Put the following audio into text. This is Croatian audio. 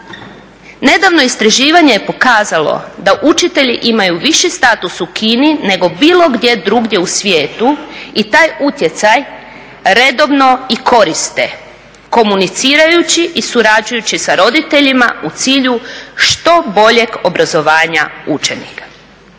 Nedavno istraživanje je pokazalo da učitelji imaju viši status u Kini nego bilo gdje drugdje u svijetu i taj utjecaj redovno i koriste komunicirajući i surađujući sa roditeljima u cilju što boljeg obrazovanja učenika.